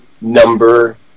number